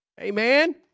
Amen